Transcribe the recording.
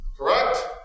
Correct